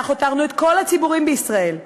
כך הותרנו את כל הציבורים בישראל,